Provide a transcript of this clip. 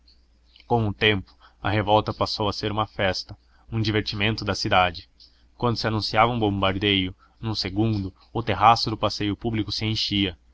com o tempo a revolta passou a ser uma festa um divertimento da cidade quando se anunciava um bombardeio num segundo o terraço do passeio público se enchia